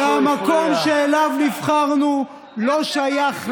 אני זוכר וכולנו זוכרים שהמקום שאליו נבחרנו לא שייך לנו,